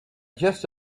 just